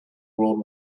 world